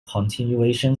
continuation